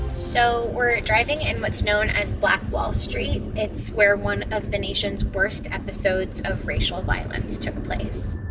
so we're driving in what's known as black wall street. it's where one of the nation's worst episodes of racial violence took place.